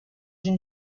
une